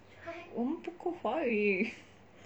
我们不够华语